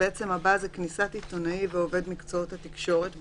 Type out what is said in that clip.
הסעיף הבא: (ו)כניסת עיתונאי ועובד מקצועות התקשורת,